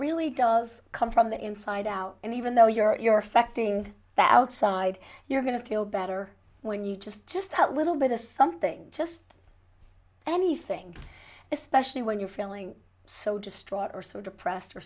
really does come from the inside out and even though you're affecting the outside you're going to feel better when you just just a little bit as something just anything especially when you're feeling so distraught or so depressed or